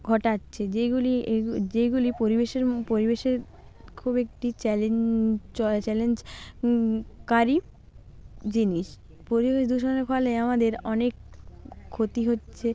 ঘটাচ্ছে যেগুলি যেগুলি পরিবেশের পরিবেশে খুব একটি চ্যালেঞ্জ কারী জিনিস পরিবেশ দূষণের ফলে আমাদের অনেক ক্ষতি হচ্ছে